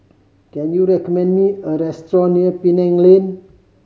can you recommend me a restaurant near Penang Lane